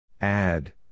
Add